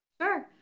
Sure